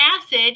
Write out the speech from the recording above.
acid